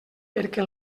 perquè